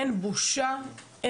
אין בושה,